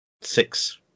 six